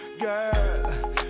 girl